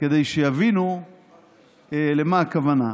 כדי שיבינו למה הכוונה,